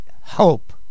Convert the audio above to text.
hope